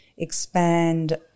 expand